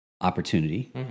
opportunity